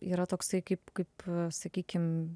yra toksai kaip kaip sakykim